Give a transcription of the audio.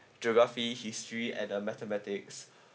geography history and uh mathematics